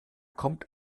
kommt